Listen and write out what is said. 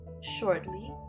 Shortly